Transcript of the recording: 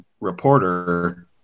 reporter